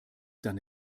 dann